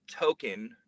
token